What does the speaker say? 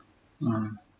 uh